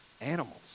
animals